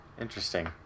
interesting